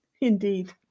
Indeed